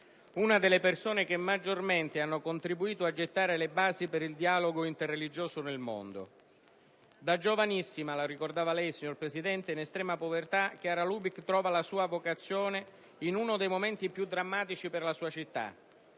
una delle persone che maggiormente hanno contribuito a gettare le basi per il dialogo interreligioso nel mondo. Da giovanissima, lo ha ricordato il signor Presidente, in estrema povertà, Chiara Lubich trova la sua vocazione in uno dei momenti più drammatici per la sua città: